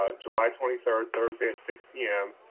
ah july twenty third, thursday at six pm.